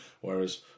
whereas